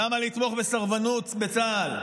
למה לתמוך בסרבנות בצה"ל?